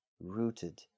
rooted